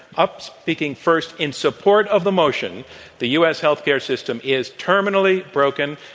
up speaking first in support of the motion the u. s. healthcare system is terminally broken,